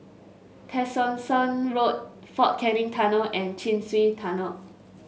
Tessensohn Road Fort Canning Tunnel and Chin Swee Tunnel